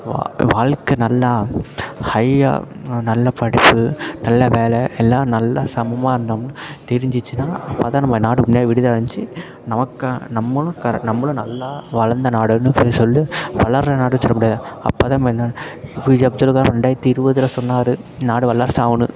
வால் வாழ்க்க நல்லா ஹையாக நல்லா படிப்பு நல்ல வேலை எல்லா நல்லா சமமாக இருந்தம்னால் தெரிஞ்சிச்சுனா அப்போ தான் நம்ம நாடு உண்மையான விடுதலை அடைஞ்சிச்சு நமக்காக நம்மளும் கர நம்மளும் நல்லா வளர்ந்த நாடுனு போய் சொல் வளர்கிற நாடுனு சொல்ல முடியாது அப்போ தான் நம்ம ஏபிஜெ அப்துல்காலம் ரெண்டாயிரத்து இருபதுல சொன்னார் நாடு வல்லரசு ஆகுன்னு